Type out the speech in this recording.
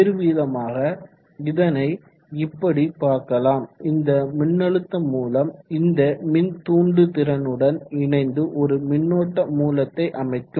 வேறுவிதமாக இதனை இப்படி பார்க்கலாம் இந்த மின்னழுத்த மூலம் இந்த மின்தூண்டுதிறனுட்ன இணைந்து ஒரு மின்னோட்ட மூலத்தை அமைக்கும்